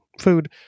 food